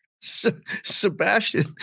Sebastian